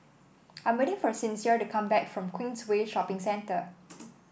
I am waiting for Sincere to come back from Queensway Shopping Centre